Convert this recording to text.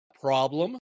problem